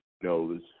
knows